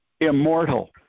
immortal